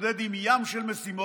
תתמודד עם ים של משימות,